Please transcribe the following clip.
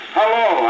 Hello